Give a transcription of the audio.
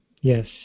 yes